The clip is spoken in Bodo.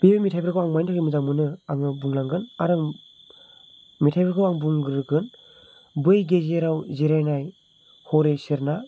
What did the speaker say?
बे मेथाइफोरखौ आं मानि थाखाय मोजां मोनो आङो बुंलांगोन आरो मेथाइफोरखौ आङो बुंग्रोगोन बै गेजेराव जिरायनाय हरै सेरना